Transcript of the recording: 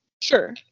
Sure